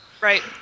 right